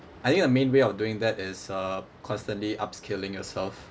I think a main way of doing that is uh constantly upskilling yourself